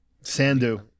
Sandu